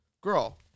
Girl